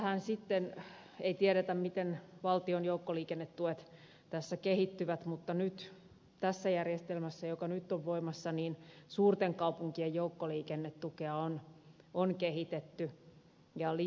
käytännössähän sitten ei tiedetä miten valtion joukkoliikennetuet tässä kehittyvät mutta tässä järjestelmässä joka nyt on voimassa suurten kaupunkien joukkoliikennetukea on kehitetty ja lisätty